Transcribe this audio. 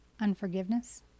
unforgiveness